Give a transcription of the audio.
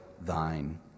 thine